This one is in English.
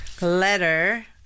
letter